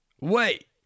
wait